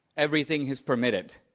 everything is permitted.